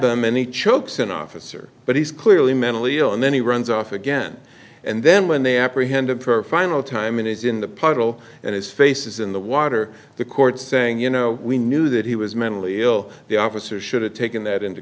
them and he chokes an officer but he's clearly mentally ill and then he runs off again and then when they apprehended for final time and he's in the puddle and his face is in the water the court saying you know we knew that he was mentally ill the officer should have taken that into